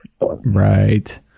Right